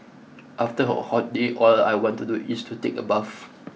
after a hot day all I want to do is to take a bath